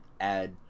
add